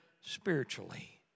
spiritually